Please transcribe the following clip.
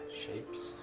Shapes